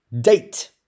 date